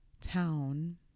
town